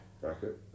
bracket